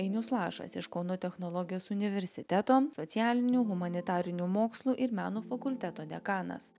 ainius lašas iš kauno technologijos universiteto socialinių humanitarinių mokslų ir meno fakulteto dekanas